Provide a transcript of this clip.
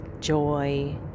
joy